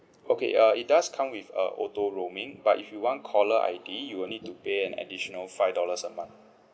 okay uh it does come with a auto roaming but if you want caller I_D you will need to pay an additional five dollars a month